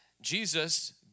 jesus